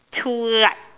two light